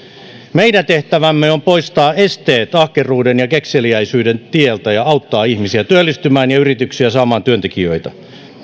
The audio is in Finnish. meidän tehtävämme on poistaa esteet ahkeruuden ja kekseliäisyyden tieltä ja auttaa ihmisiä työllistymään ja yrityksiä saamaan työntekijöitä